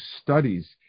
studies